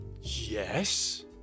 Yes